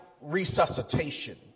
resuscitation